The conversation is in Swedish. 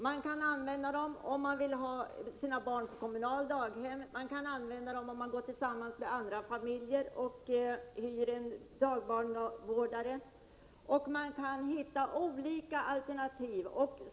Man kan t.ex. använda dem om man vill ha sina barn på kommunalt daghem. Man kan också använda dem om man vill gå samman med andra familjer och anställa en dagbarnvårdare. Man kan alltså använda olika alternativ.